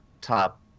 top